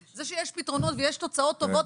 זה שיש פתרונות ויש תוצאות טובות,